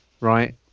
right